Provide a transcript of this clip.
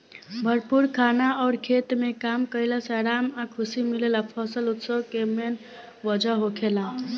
भरपूर खाना अउर खेत में काम कईला से आराम आ खुशी मिलेला फसल उत्सव के मेन वजह होखेला